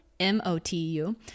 M-O-T-U